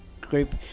group